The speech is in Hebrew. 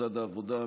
משרד העבודה,